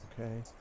Okay